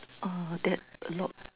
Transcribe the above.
uh that a lot